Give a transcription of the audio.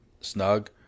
snug